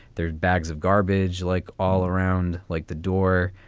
there's bags of garbage like all around, like the door.